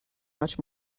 much